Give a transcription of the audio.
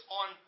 on